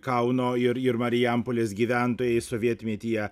kauno ir ir marijampolės gyventojai sovietmetyje